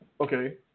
Okay